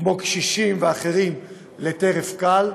כמו קשישים ואחרים, לטרף קל.